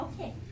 Okay